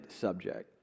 subject